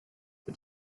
for